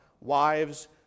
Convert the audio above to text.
wives